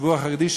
הציבור החרדי,